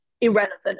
irrelevant